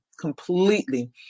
completely